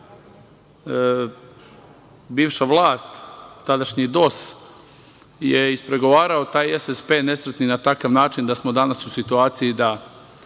bivša vlast, tadašnji DOS je ispregovarao taj SSP nesrećni na takav način da smo danas u situaciji da